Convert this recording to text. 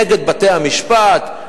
נגד בתי-המשפט.